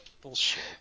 Bullshit